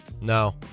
No